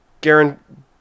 Garen